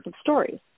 stories